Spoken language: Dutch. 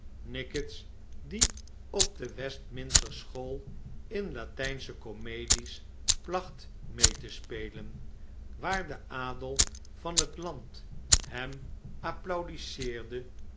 nickits die op de westminster school in latijnsche komedies placht mee te spelen waar de adel van het land hem applaudisseerde